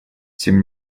тем